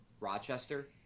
rochester